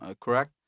correct